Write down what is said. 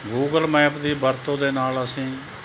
Google map ਦੀ ਵਰਤੋਂ ਦੇ ਨਾਲ ਅਸੀਂ